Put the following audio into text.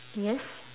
yes